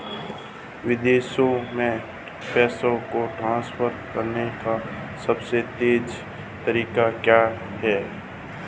विदेश में पैसा ट्रांसफर करने का सबसे तेज़ तरीका क्या है?